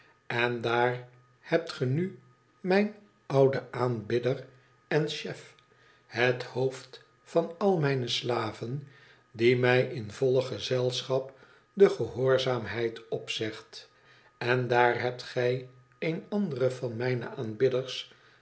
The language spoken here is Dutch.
en daar hebt ge nu mijn ouden aanbidder en chef het hoofd van al mijne slaven die mij in volle gezelschap de gehoorzaamheid opzegt n daar hebt gij een anderen van mijne aanbidders